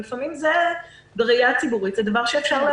אבל לפעמים בראייה ציבורית זה דבר שאפשר להבין אותו.